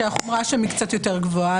שהחומרה שם היא קצת יותר גבוהה,